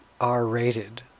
R-rated